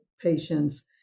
patients